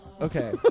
Okay